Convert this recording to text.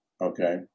Okay